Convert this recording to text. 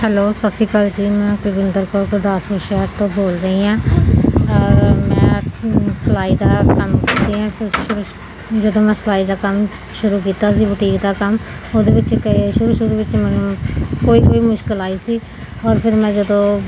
hello ਸਤਿ ਸ਼੍ਰੀ ਅਕਾਲ ਜੀ ਮੈਂ ਕੁਲਵਿੰਦਰ ਕੌਰ ਗੁਰਦਾਸਪੁਰ ਸ਼ਹਿਰ ਤੋਂ ਬੋਲ ਰਹੀ ਹਾਂ ਔਰ ਮੈਂ ਸਿਲਾਈ ਦਾ ਕੰਮ ਕਰਦੀ ਹਾਂ ਸ਼ੁਰੂ ਸ਼ੁਰੂ ਜਦੋਂ ਮੈਂ ਸਿਲਾਈ ਦਾ ਕੰਮ ਸ਼ੁਰੂ ਕੀਤਾ ਸੀ ਬੁਟੀਕ ਦਾ ਕੰਮ ਉਹਦੇ ਵਿੱਚ ਇੱਕ ਸ਼ੁਰੂ ਸ਼ੁਰੂ ਵਿੱਚ ਮੈਨੂੰ ਕੋਈ ਕੋਈ ਮੁਸ਼ਕਲ ਆਈ ਸੀ ਔਰ ਫਿਰ ਮੈਂ ਜਦੋਂ